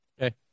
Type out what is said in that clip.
Okay